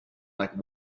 like